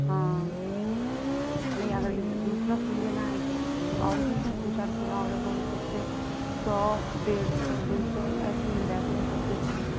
ہاں نہیں اگر دوسرا پھول لینا ہے تو اور بھی ہیں دو چار پھول اور بہت سستے سو ڈیڑھ سو دو سو ایسے مل جاتے ہیں سستے پھول